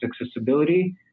accessibility